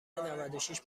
نودوشش